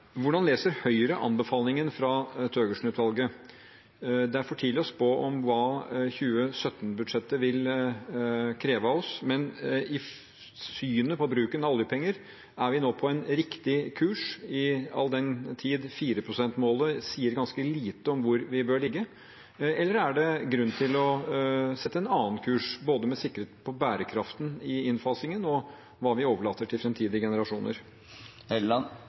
Hvordan leser Høyre anbefalingen fra Thøgersen-utvalget? Det er for tidlig å spå hva 2017-budsjettet vil kreve av oss, men i synet på bruken av oljepenger – er vi nå på en riktig kurs, all den tid 4 pst.-målet sier ganske lite om hvor vi bør ligge? Eller er det grunn til å sette en annen kurs, med sikte på både bærekraften i innfasingen og hva vi overlater til fremtidige generasjoner?